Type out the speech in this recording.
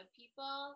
people